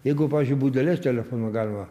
jeigu pavyzdžiui būdeles telefono galima